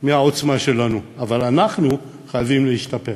מהעוצמה שלנו, אבל אנחנו חייבים להשתפר.